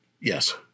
Yes